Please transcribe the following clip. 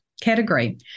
category